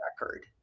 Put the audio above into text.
record